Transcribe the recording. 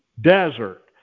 Desert